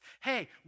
Hey